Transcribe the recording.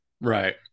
Right